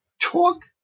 Talk